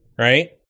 right